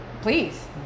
Please